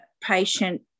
patient